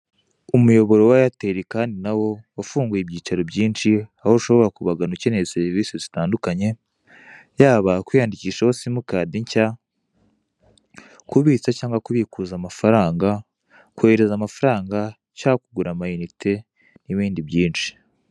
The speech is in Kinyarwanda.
Umuyoboro wa eyateri kandi nawo wafunguye ibyicaro byinshi, aho ushobora kubagana ukeneye serivise zitandukanye; yaba kwiyandikishaho simukadi nshya, kubitsa cyangwa kubikuza amafaranga, kohereza amafaranga cyangwa kugura ama inite n'ibindi byinshi.